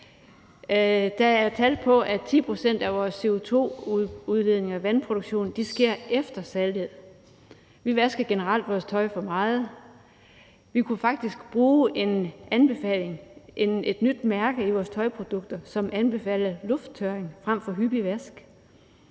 Der er tal, der viser, at 10 pct. af vores CO2-udledning og vandproduktion sker efter salget. Vi vasker generelt vores tøj for meget. Vi kunne faktisk bruge en anbefaling, et nyt mærke i vores tøjprodukter, som anbefaler lufttørring frem for hyppig vask.